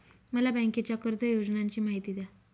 मला बँकेच्या कर्ज योजनांची माहिती द्या